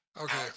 Okay